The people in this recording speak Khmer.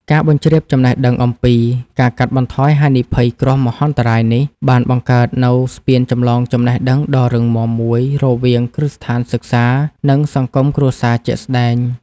ការបញ្ជ្រាបចំណេះដឹងអំពី ការកាត់បន្ថយហានិភ័យគ្រោះមហន្តរាយ នេះ បានបង្កើតនូវស្ពានចម្លងចំណេះដឹងដ៏រឹងមាំមួយរវាងគ្រឹះស្ថានសិក្សា និងសង្គមគ្រួសារជាក់ស្ដែង។